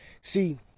see